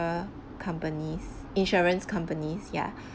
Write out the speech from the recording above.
companies insurance companies ya